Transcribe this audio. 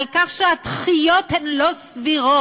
על כך שהדחיות הן לא סבירות.